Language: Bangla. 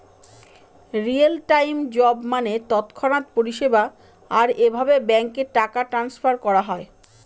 রিয়েল টাইম জব মানে তৎক্ষণাৎ পরিষেবা, আর এভাবে ব্যাঙ্কে টাকা ট্রান্সফার করা হয়